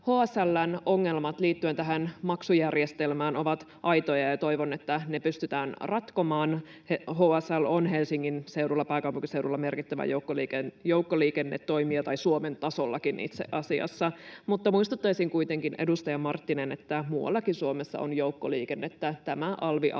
HSL:n ongelmat liittyen tähän maksujärjestelmään ovat aitoja, ja toivon, että ne pystytään ratkomaan. HSL on Helsingin seudulla, pääkaupunkiseudulla, merkittävä joukkoliikennetoimija — tai Suomen tasollakin itse asiassa. Mutta muistuttaisin kuitenkin, edustaja Marttinen, että muuallakin Suomessa on joukkoliikennettä. Tämä alvialennus